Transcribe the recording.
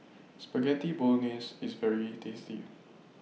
Spaghetti Bolognese IS very tasty